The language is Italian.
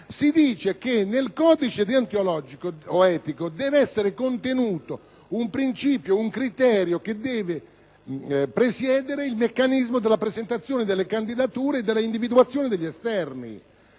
nello stesso codice (deontologico o etico) deve essere contenuto un principio, un criterio che presieda al meccanismo della presentazione delle candidature e dell’individuazione degli esterni.